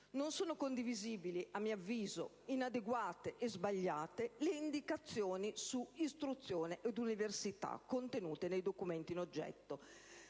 Non sono condivisibili, ma sono inadeguate e sbagliate le indicazioni su istruzione e università contenute nei documenti in oggetto.